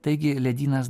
taigi ledynas